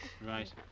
Right